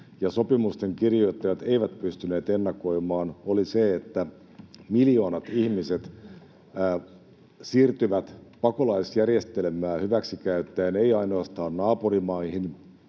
sopimusten kirjoittajat eivät pystyneet ennakoimaan, oli se, että miljoonat ihmiset siirtyvät pakolaisjärjestelmää hyväksikäyttäen mutta eivät ainoastaan naapurimaihin